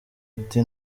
ati